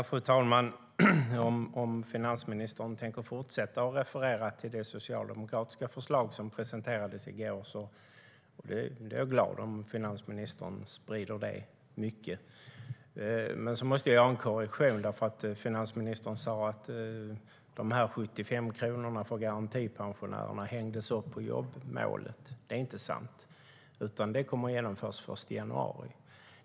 Fru talman! Om finansministern tänker fortsätta att referera det socialdemokratiska förslag som presenterades i går är jag glad om han sprider det så mycket som möjligt. Sedan måste jag göra en korrigering. Finansministern sade att de 75 kronorna för garantipensionärerna hängs upp på jobbmålet. Det är inte sant, utan det kommer att genomföras först i januari.